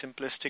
simplistic